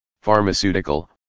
pharmaceutical